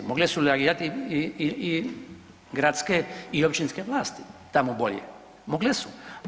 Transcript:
Mogle su reagirati i gradske i općinske vlasti tamo bolje, mogle su.